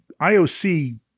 IOC